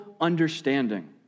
understanding